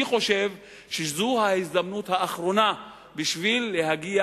אני חושב שזו ההזדמנות האחרונה בשביל להגיע